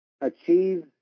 achieve